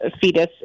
fetus